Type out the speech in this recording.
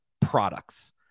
products